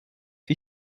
wie